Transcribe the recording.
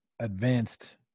advanced